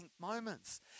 moments